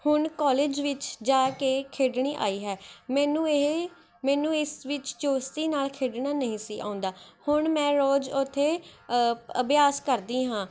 ਹੁਣ ਕੋਲਿਜ ਵਿੱਚ ਜਾ ਕੇ ਖੇਡਣੀ ਆਈ ਹੈ ਮੈਨੂੰ ਇਹ ਮੈਨੂੰ ਇਸ ਵਿੱਚ ਚੁਸਤੀ ਨਾਲ਼ ਖੇਡਣਾ ਨਹੀਂ ਸੀ ਆਉਂਦਾ ਹੁਣ ਮੈਂ ਰੋਜ਼ ਉੱਥੇ ਅਭਿਆਸ ਕਰਦੀ ਹਾਂ